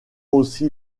aussi